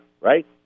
right